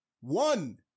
one